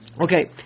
Okay